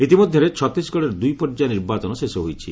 ଇତିମଧ୍ୟରେ ଛତିଶଗଡରେ ଦୁଇ ପର୍ଯ୍ୟାୟ ନିର୍ବାଚନ ଶେଷ ହୋଇଛି